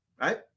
right